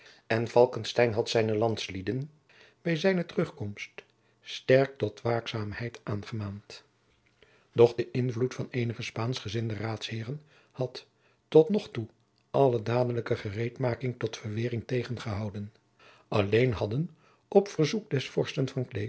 en falckestein had zijne landslieden bij zijne terugkomst sterk tot waakzaamheid aangemaand doch de invloed van eenige spaanschgezinde raadsheeren had tot nog toe alle dadelijke gereedmaking tot verweering tegengehouden alleen hadden op verzoek des vorsten van